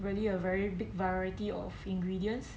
really a very big variety of ingredients